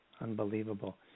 unbelievable